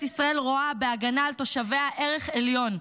ישראל רואה בהגנה על תושביה ערך עליון,